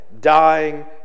dying